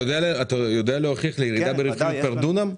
אתה יודע להוכיח לי ירידה ברווחיות פר דונם?